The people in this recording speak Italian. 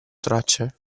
tracce